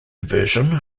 version